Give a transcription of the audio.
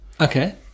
Okay